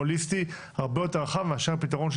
הוליסטי הרבה יותר רחב מאשר הפתרון של